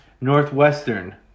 Northwestern